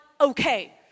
okay